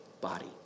body